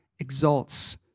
exalts